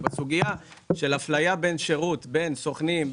בסוגייה של הפליה בין שירות בין סוכנים,